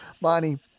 Bonnie